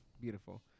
beautiful